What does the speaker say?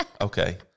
okay